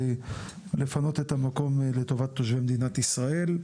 לפנות את המקום לטובת תושבי מדינת ישראל.